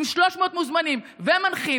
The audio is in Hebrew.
עם 300 מוזמנים ומנחים